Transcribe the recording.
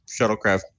shuttlecraft